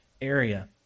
area